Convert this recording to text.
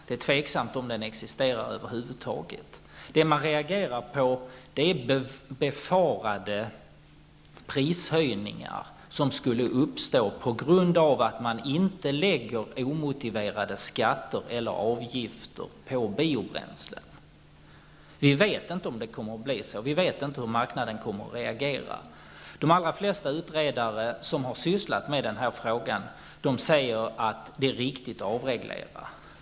Det är tveksamt om den existerar över huvud taget. Man reagerar på befarade prishöjningar, som skulle uppstå på grund av att man inte lägger omotiverade skatter eller avgifter på biobränsle. Vi vet inte om det kommer att bli så. Vi vet inte hur marknaden kommer att reagera. De flesta utredare som har sysslat med denna fråga säger att det är riktigt att avreglera.